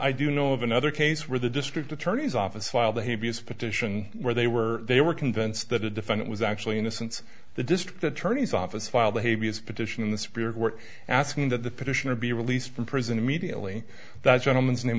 i do know of another case where the district attorney's office filed the heaviest petition where they were they were convinced that the defendant was actually innocent the district attorney's office filed behaviors petition in the spirit were asking that the petitioner be released from prison immediately that gentleman's name